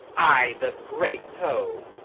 i the great toe?